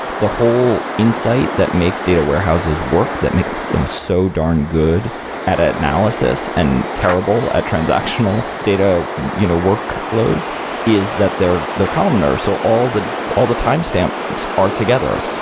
the whole insight that makes data warehouses work, that makes them so darn good at at analysis and terrible at transactional data you know workflows is that they're they're columnar. so all the all the timestamps are together,